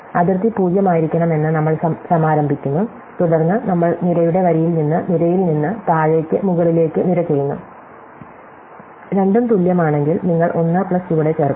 അതിർത്തി 0 ആയിരിക്കണമെന്ന് നമ്മൾ സമാരംഭിക്കുന്നു തുടർന്ന് നമ്മൾ നിരയുടെ വരിയിൽ നിന്ന് നിരയിൽ നിന്ന് താഴേയ്ക്ക് മുകളിലേക്ക് നിര ചെയ്യുന്നു രണ്ടും തുല്യമാണെങ്കിൽ നിങ്ങൾ 1 പ്ലസ് ചുവടെ ചേർക്കുന്നു